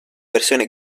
versione